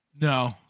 No